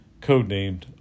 codenamed